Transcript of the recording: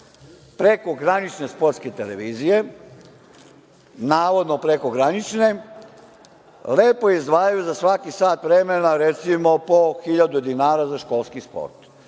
prekogranične sportske televizije, navodno prekogranične lepo izdvajaju za svaki sat vremena recimo po 1.000 dinara za školski sport.